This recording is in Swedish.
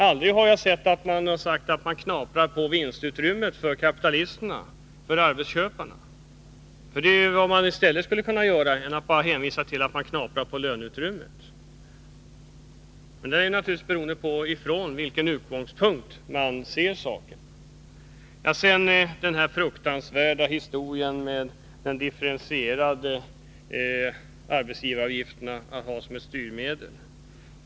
Aldrig har jag hört någon säga att man skall knapra på vinstutrymmet för kapitalisterna, för arbetsköparna, men det är ju vad man borde göra i stället för att bara hänvisa till att det knapras på löneutrymmet. Det beror naturligtvis på från vilken utgångspunkt man ser saken. Så var det den fruktansvärda historien med en differentierad arbetsgivaravgift som ett styrmedel.